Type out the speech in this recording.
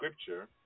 scripture